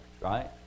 right